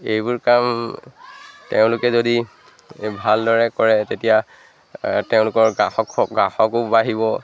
এইবোৰ কাম তেওঁলোকে যদি ভালদৰে কৰে তেতিয়া তেওঁলোকৰ গ্ৰাহক গ্ৰাহকো বাঢ়িব